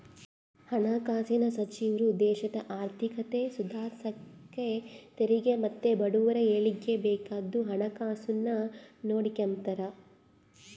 ಹಣಕಾಸಿನ್ ಸಚಿವ್ರು ದೇಶದ ಆರ್ಥಿಕತೆ ಸುಧಾರ್ಸಾಕ ತೆರಿಗೆ ಮತ್ತೆ ಬಡವುರ ಏಳಿಗ್ಗೆ ಬೇಕಾದ್ದು ಹಣಕಾಸುನ್ನ ನೋಡಿಕೆಂಬ್ತಾರ